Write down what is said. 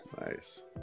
Nice